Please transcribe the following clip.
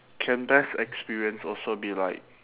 can best experience also be like